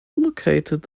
located